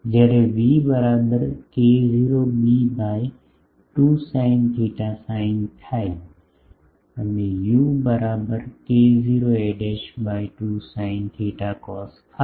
જ્યારે v બરાબર k0 b by 2 sine theta sine phi અને યુ બરાબર k0 a by 2 sine theta cos phi